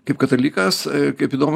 kaip katalikas kaip įdomu